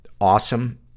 awesome